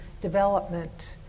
development